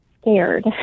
scared